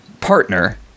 partner